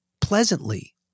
pleasantly